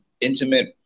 intimate